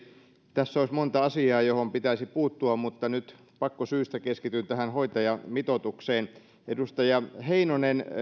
tässä olisi monta asiaa joihin pitäisi puuttua mutta nyt pakkosyistä keskityn tähän hoitajamitoitukseen edustaja heinonen